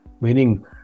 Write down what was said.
Meaning